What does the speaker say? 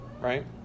right